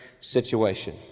situation